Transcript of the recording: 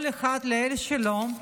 כל אחד לאל שלו,